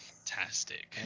Fantastic